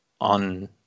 on